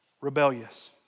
Rebellious